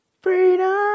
Freedom